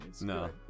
no